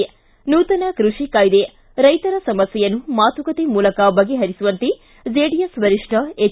ಿ ನೂತನ ಕೃಷಿ ಕಾಯ್ದೆ ರೈತರ ಸಮಸ್ಥೆಯನ್ನು ಮಾತುಕತೆ ಮೂಲಕ ಬಗೆಹರಿಸುವಂತೆ ಜೆಡಿಎಸ್ ವರಿಷ್ಠ ಎಚ್